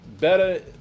better